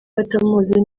batamuzi